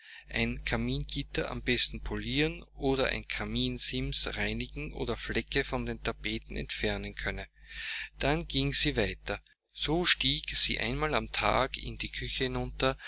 ein kamingitter am besten polieren oder ein kaminsims reinigen oder flecke von den tapeten entfernen könne dann ging sie weiter so stieg sie einmal am tage in die küche hinunter